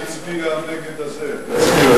משפחות, ציפי לבני הצביעה נגד, הזה, תזכיר את זה.